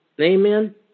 Amen